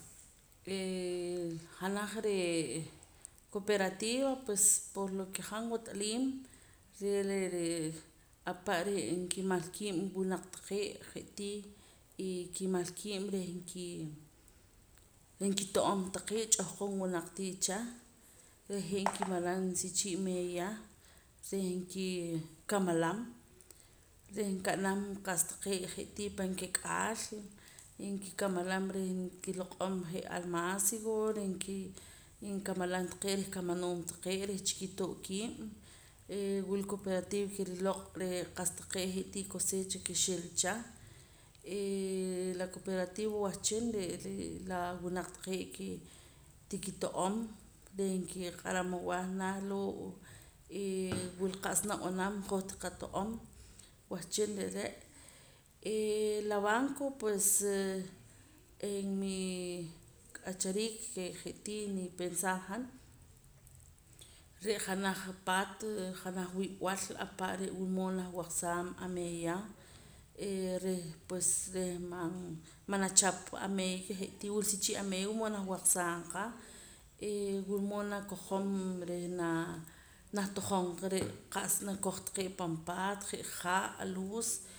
janaj re' cooperativa pues por lo ke han wat'aliim re'ree' apare' nkimal kiib' wunaq taqee' je'tii y nkimal kiib' reh nkii reh kit'oom taqee' ch'ahqon wunaq tiicha reh je' nkimalam sichii' meeya reh nkikamalam reh nka'nam qa'sa taqee' jee'tii pan kak'aal y nkikamalam reh nkiloq'om je' almacigo reh nki nkamalam taqee' reh kamanoon taqee' reh chikitoo' kiib' eeh wula cooperativa ke riloq' ree' qa'sa taqee' je'tii cosecha ke xilicha hee la cooperativa wahchin re' ree' la wunaq taqee' ke tikito'om reh nkiq'aram awah nah loo' wul qa'sa nab'anam hoj tiqato'om wahchin re' re' hee la banco pues en mi k'achariik ke je'tii nipensar han re' janaj paat janaj wi'b'al ahpa' re' wulmood nah waqsaam ameeya ee reh pues reh man manachap pa ameeya ke je'tii wula sichii' ameeya wulmood nah waqsaam qa ee wulmood nakojom reh naa nah tojom qa re' qa'sa nakoj taqee' pan paat je' ha' luz